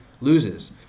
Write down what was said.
loses